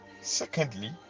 Secondly